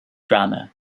drama